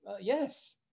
yes